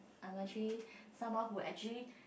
I'm actually someone who actually